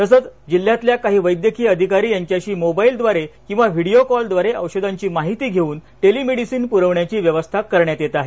तसेच जिल्ह्यातल्या काही वैद्यकीय अधिकारी यांच्याशी मोबाईलह्रारे किंवा व्हीडीओकॉलह्रारे औषधांची माहिती घेऊन टेलिमेडीसीन पुरविण्याची व्यवस्था करण्यात येत आहे